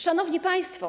Szanowni Państwo!